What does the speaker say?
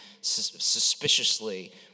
suspiciously